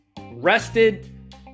rested